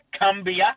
Cumbia